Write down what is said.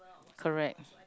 correct